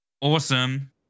awesome